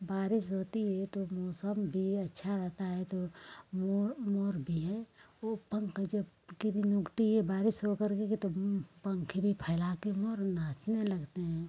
बारिश होती है तो मौसम भी अच्छा रहता है तो वो मोर मोर भी हैं वो पंख जब उगती है बारिश हो कर के तब पंखुड़ी फैला कर मोर नाचने लगते हैं